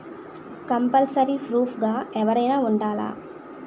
Compulsory proof గా ఎవరైనా ఉండాలా?